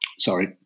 Sorry